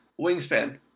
wingspan